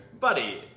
Buddy